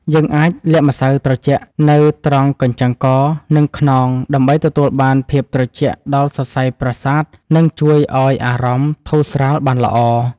យើងអាចលាបម្សៅត្រជាក់នៅត្រង់កញ្ចឹងកនិងខ្នងដើម្បីទទួលបានភាពត្រជាក់ដល់សរសៃប្រសាទនិងជួយឱ្យអារម្មណ៍ធូរស្រាលបានល្អ។